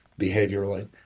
behaviorally